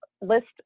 list